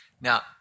Now